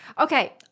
Okay